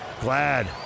Glad